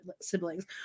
siblings